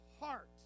heart